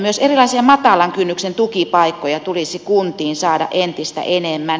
myös erilaisia matalan kynnyksen tukipaikkoja tulisi kuntiin saada entistä enemmän